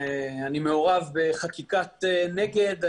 אני מעורב בחקיקת נגד,